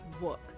work